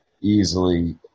easily